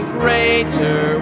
greater